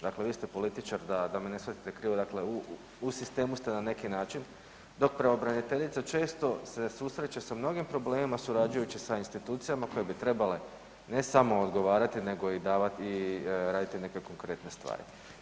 Dakle, vi ste političar da me ne shvatite krivo, dakle u sistemu ste na neki način dok pravobraniteljica često se susreće sa mnogim problemima surađujući sa institucijama koje bi trebale ne samo odgovarati nego i davati i raditi neke konkretne stvari.